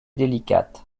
délicate